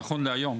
נכון להיום,